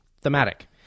thematic